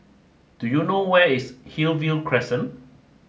do you know ways Hillview Crescent